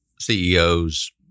CEOs